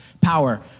power